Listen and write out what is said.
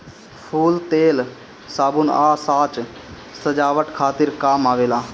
फूल तेल, साबुन आ साज सजावट खातिर काम आवेला